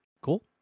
Cool